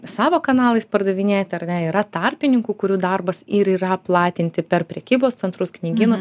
savo kanalais pardavinėti ar ne yra tarpininkų kurių darbas ir yra platinti per prekybos centrus knygynus